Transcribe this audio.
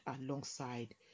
alongside